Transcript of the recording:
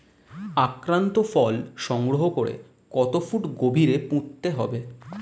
আক্রান্ত ফল সংগ্রহ করে কত ফুট গভীরে পুঁততে হবে?